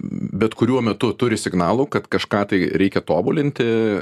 bet kuriuo metu turi signalų kad kažką tai reikia tobulinti